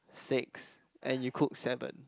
six and you cook seven